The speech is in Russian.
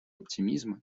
оптимизма